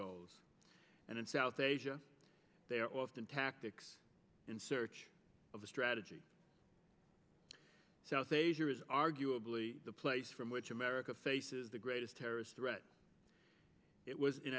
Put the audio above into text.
goals and in south asia they are often tactics in search of a strategy south asia is arguably the place from which america faces the greatest terrorist threat it was in